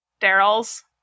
Daryl's